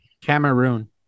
Cameroon